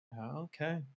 Okay